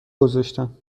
گذاشتم